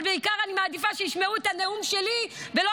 אבל בעיקר אני מעדיפה שישמעו את הנאום שלי ולא